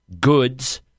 goods